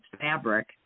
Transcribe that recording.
fabric